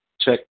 check